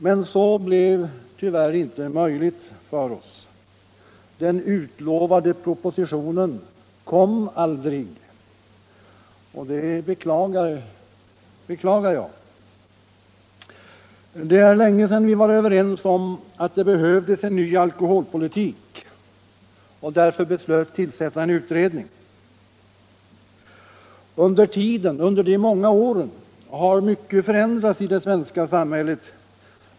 Men det blev tyvärr inte möjligt för oss. Den utlovade propositionen kom aldrig. Detta beklagar jag. Det är länge sedan vi blev överens om att det behövdes en ny alkoholpolitik och därför beslöt tillsätta en utredning. Under de många år som gått sedan dess har mycket förändrats i det svenska samhället.